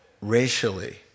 racially